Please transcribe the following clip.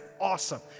awesome